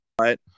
Right